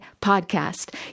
podcast